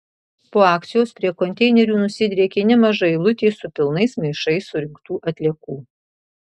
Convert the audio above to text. po akcijos prie konteinerių nusidriekė nemaža eilutė su pilnais maišais surinktų atliekų